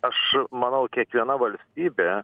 aš manau kiekviena valstybė